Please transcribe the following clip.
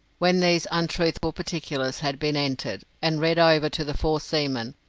when these untruthful particulars had been entered and read over to the four seamen,